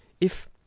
If